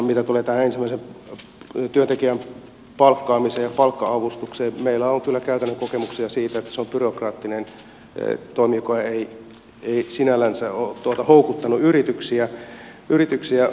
mitä tulee tähän ensimmäisen työntekijän palkkaamiseen ja palkka avustukseen meillä on kyllä käytännön kokemuksia siitä että se on byrokraattinen toimi joka ei sinällänsä ole houkuttanut yrityksiä